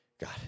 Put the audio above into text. God